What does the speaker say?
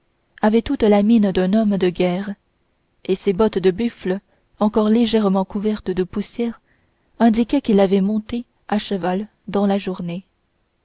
avait toute la mine d'un homme de guerre et ses bottes de buffle encore légèrement couvertes de poussière indiquaient qu'il avait monté à cheval dans la journée